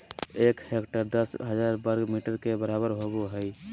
एक हेक्टेयर दस हजार वर्ग मीटर के बराबर होबो हइ